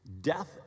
Death